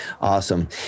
Awesome